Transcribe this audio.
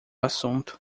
assunto